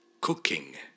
Cooking